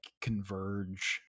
converge